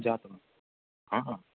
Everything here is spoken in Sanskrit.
ज्ञातं हा हा